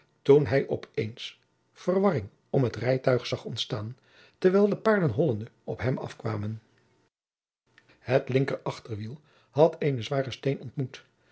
toen hij op eens verwarring om het rijtuig zag ontstaan terwijl de paarden hollende op hem afkwamen jacob van lennep de pleegzoon het linker achterwiel had eenen zwaren steen ontmoet